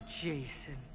Jason